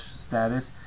status